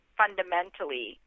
fundamentally